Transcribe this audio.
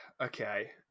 okay